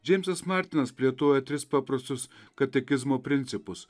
džeimsas martinas plėtoja tris paprastus katekizmo principus